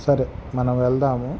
సరే మనం వెళ్దాము